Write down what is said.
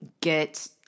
get